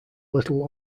little